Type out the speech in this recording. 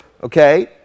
Okay